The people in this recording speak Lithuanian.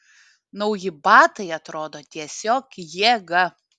nauji batai atrodo tiesiog jėga